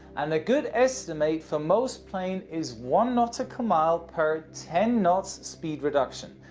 and a good estimate for most planes is one nautical mile per ten knots speed reduction.